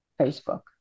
Facebook